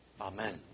Amen